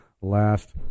Last